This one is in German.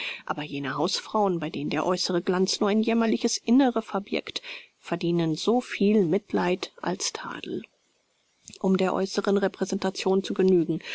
aber jene hausfrauen bei denen der äußere glanz nur ein jämmerliches innere verbirgt verdienen soviel mitleid als tadel um der äußeren repräsentation zu genügen